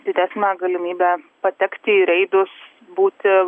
didesnę galimybę patekti į reidus būti